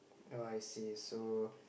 oh I see so